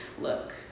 Look